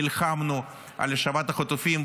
נלחמנו על השבת החטופים,